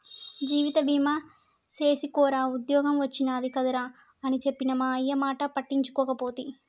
జీవిత బీమ సేసుకోరా ఉద్ద్యోగం ఒచ్చినాది కదరా అని చెప్పిన మా అయ్యమాట పట్టించుకోకపోతి